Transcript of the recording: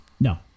No